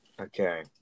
okay